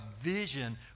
vision